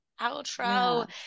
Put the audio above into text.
outro